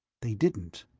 they didn't.